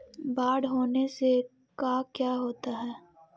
बाढ़ होने से का क्या होता है?